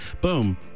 boom